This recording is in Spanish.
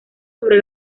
sobre